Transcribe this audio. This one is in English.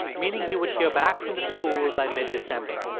meaning he would hear back from the school by mid-december.